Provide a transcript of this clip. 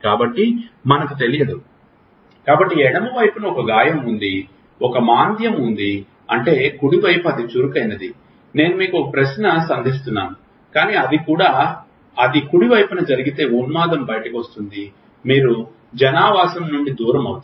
కాబట్టి మనకు తెలియదు కాబట్టి ఎడమ వైపున ఒక గాయం ఉంది ఒక మాంద్యం ఉంది అంటే కుడి వైపు అతి చురుకైనది నేను మీకు ఒక ప్రశ్న సంధిస్తున్నాను కానీ అది కుడి వైపున జరిగితే ఉన్మాదం బయటకు వస్తుంది మీరు జనావాసామ్ నుండు దూరం అవుతారు